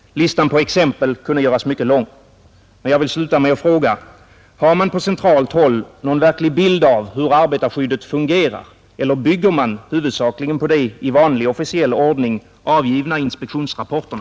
Listan på exempel kunde göras mycket lång, men jag vill sluta med att fråga: Har man på centralt håll någon verklig bild av hur arbetarskyddet fungerar eller bygger man huvudsakligen på de i vanlig officiell ordning avgivna inspektionsrapporterna?